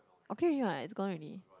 okay already what it's gone already